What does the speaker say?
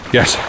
Yes